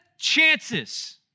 chances